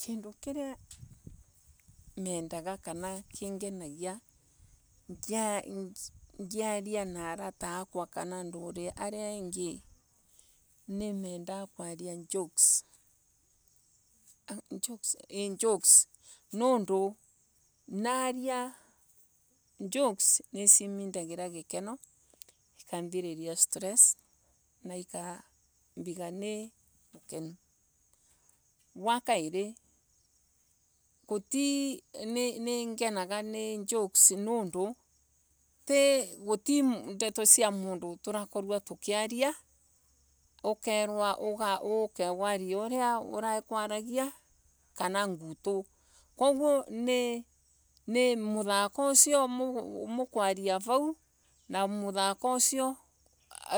Kindu kiria mendaga. kana kinaengia ngiaria na arata akwa kana andu aria engii nimenda kwaria jokes niundu naria jokes. nicimindagira gikeno ikathiriria stress na ikambiga nimukeno. Wa kairi guti ndeto sia mundu tukoragwa tukiaria. Ukerwa uke worie uria tukwaragia. Koguo ni muthako usio mukwaria vau. Na muthako usio